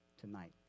tonight